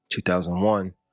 2001